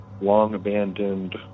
long-abandoned